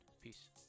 peace